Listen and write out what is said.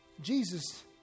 Jesus